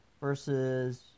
versus